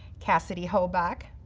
kassidy hoback,